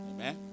Amen